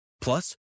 Plus